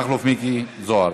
מכלוף מיקי זוהר,